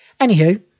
Anywho